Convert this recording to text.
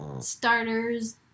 starters